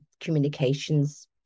communications